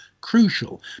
crucial